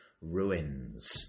Ruins